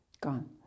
gone